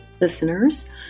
listeners